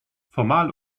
formal